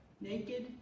naked